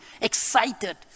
excited